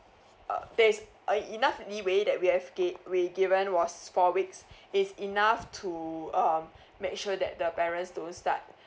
uh there's uh enough anyway that we have giv~ we given was four weeks is enough to uh make sure that the parents to start